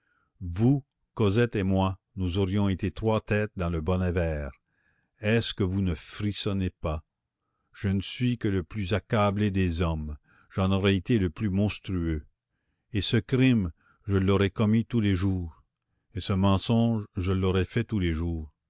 vous cosette et moi nous aurions été trois têtes dans le bonnet vert est-ce que vous ne frissonnez pas je ne suis que le plus accablé des hommes j'en aurais été le plus monstrueux et ce crime je l'aurais commis tous les jours et ce mensonge je l'aurais fait tous les jours